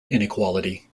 inequality